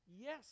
Yes